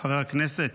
חבר הכנסת.